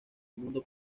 mundo